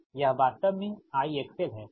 यह वास्तव में IXL है ठीक